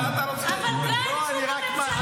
אבל גנץ הוא בממשלה, מה אתה רוצה?